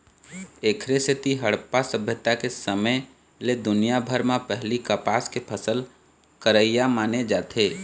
एखरे सेती हड़प्पा सभ्यता के समे ल दुनिया भर म पहिली कपसा के फसल करइया माने जाथे